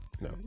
no